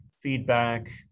feedback